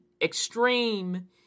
extreme